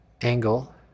angle